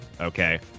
okay